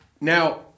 Now